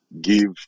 give